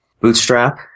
Bootstrap